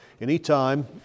anytime